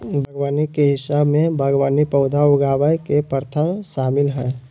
बागवानी के हिस्सा में बागवानी पौधा उगावय के प्रथा शामिल हइ